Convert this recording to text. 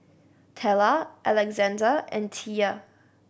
Tella Alexandr and Tia